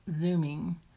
Zooming